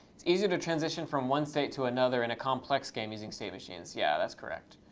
it's easier to transition from one state to another in a complex game using state machines. yeah, that's correct.